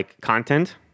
content